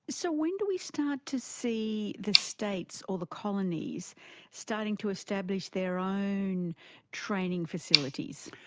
so when do we start to see the states or the colonies starting to establish their own training facilities?